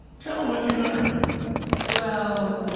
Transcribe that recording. tell him what you learned well,